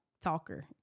talker